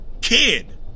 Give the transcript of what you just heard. kid